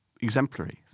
exemplary